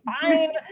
fine